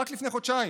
רק לפני חודשיים,